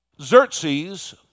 Xerxes